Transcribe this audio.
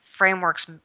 frameworks